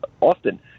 often